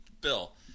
Bill